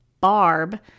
Barb